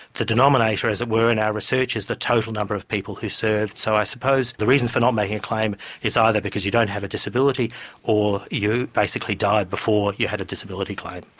the denominator, as it were, in our research is the total number of people who served. so i suppose the reasons for not making a claim is either because you don't have a disability or you basically died before you had a disability claim.